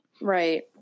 Right